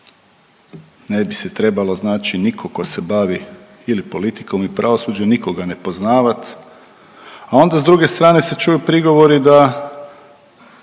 Ne bi se trebalo znači niko tko se bavi ili politikom i pravosuđem nikoga ne poznavat, a onda s druge strane se čuju prigovori da